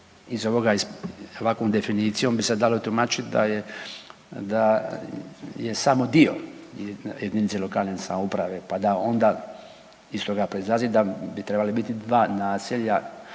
naselja. Ovakvom definicijom bi se dalo tumačit da je, da je samo dio JLS, pa da onda, iz toga proizlazi da bi trebala biti dva naselja